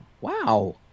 wow